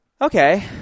okay